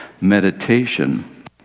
meditation